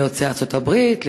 ליוצאי ארצות הברית,